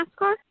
NASCAR